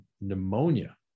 pneumonia